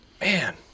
man